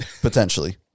Potentially